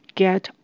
get